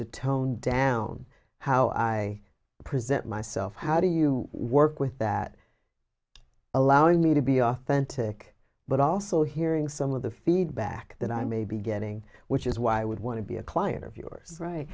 to tone down how i present myself how do you work with that allowing me to be authentic but also hearing some of the feedback that i may be getting which is why i would want to be a client of yours right